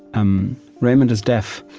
um raymond is deaf.